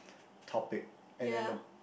topic and then the